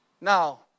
Now